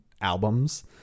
albums